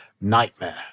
nightmare